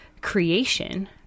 creation